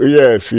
yes